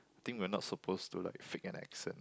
think we're not supposed to like fake an accent